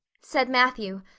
said matthew,